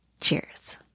Cheers